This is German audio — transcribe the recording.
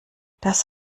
das